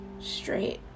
straight